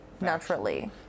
Naturally